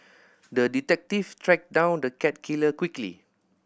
the detective tracked down the cat killer quickly